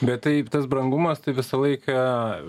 bet taip tas brangumas tai visą laiką